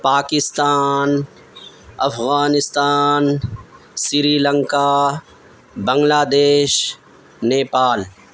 Pakistan Afghanistan Sri Lanka Bangladesh Nepal